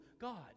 God